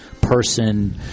person